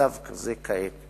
מצב כזה כעת.